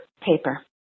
paper